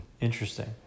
Interesting